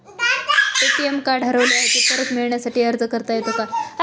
ATM card हरवले आहे, ते परत मिळण्यासाठी अर्ज करता येतो का?